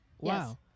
Wow